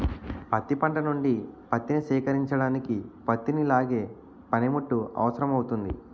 పత్తి పంట నుండి పత్తిని సేకరించడానికి పత్తిని లాగే పనిముట్టు అవసరమౌతుంది